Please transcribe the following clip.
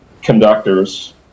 conductors